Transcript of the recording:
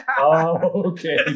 Okay